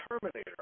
Terminator